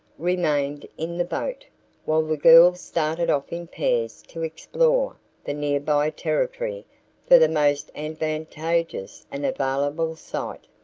remained in the boat while the girls started off in pairs to explore the nearby territory for the most advantageous and available site.